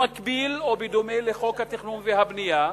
במקביל או בדומה לחוק התכנון והבנייה,